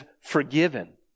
forgiven